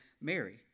Mary